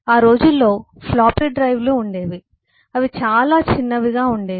ఆ రోజుల్లో ఫ్లాపీ డ్రైవ్లు ఉండేవి అవి చాలా చిన్నవిగా ఉండేవి